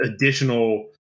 additional